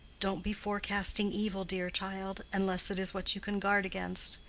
don't be forecasting evil, dear child, unless it is what you can guard against.